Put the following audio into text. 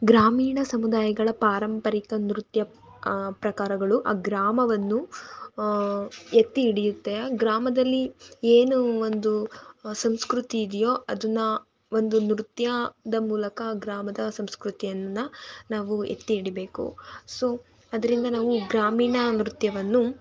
ಗ್ರಾಮೀಣ ಸಮುದಾಯಗಳ ಪಾರಂಪರಿಕ ನೃತ್ಯ ಪ್ರಕಾರಗಳು ಆ ಗ್ರಾಮವನ್ನು ಎತ್ತಿ ಹಿಡಿಯುತ್ತೆ ಆ ಗ್ರಾಮದಲ್ಲಿ ಏನು ಒಂದು ಸಂಸ್ಕೃತಿ ಇದೆಯೋ ಅದನ್ನು ಒಂದು ನೃತ್ಯ ದ ಮೂಲಕ ಗ್ರಾಮದ ಸಂಸ್ಕೃತಿಯನ್ನು ನಾವು ಎತ್ತಿ ಹಿಡಿಬೇಕು ಸೊ ಅದರಿಂದ ನಾವು ಗ್ರಾಮೀಣ ನೃತ್ಯವನ್ನು